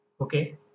Okay